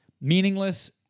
meaningless